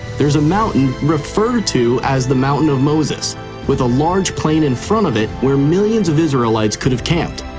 there's a mountain referred to as the mountain of moses with a large plain in front of it where millions of israelites could have camped.